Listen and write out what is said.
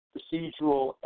Procedural